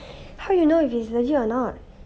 how you know if he's legit or not